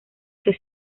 que